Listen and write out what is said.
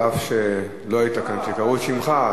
אף שלא היית כאן כשקראו את שמך.